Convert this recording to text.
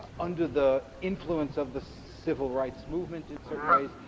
under the influence of the civil rights movement in certain ways,